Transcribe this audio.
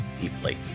deeply